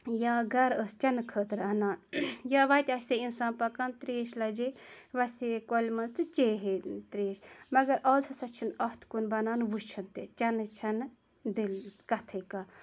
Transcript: یا گَرِ ٲس چنہٕ خٲطرٕ اَنان یا وَتہِ آسہِ ہا اِنسان پَکان تریش لَجے وَسے کۄلہِ منٛز تہٕ چیٚیے تریش مَگَر آز ہَسا چھُنہِ اَتھ کُن بَنان وٕچھُن تہِ چَنٕچ چھَنہٕ دٔلیل کَتھٕے کانٛہہ